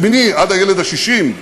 השמיני עד הילד ה-60,